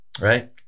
right